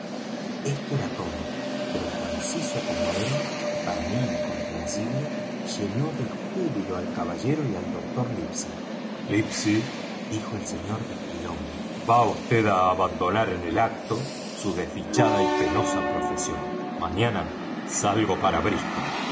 esto era todo pero conciso como era y para mí incomprensible llenó de júbilo al caballero y al doctor livesey livesey dijo el sr de trelawney va vd á abandonar en el acto su desdichada y penosa profesión mañana salgo para brístol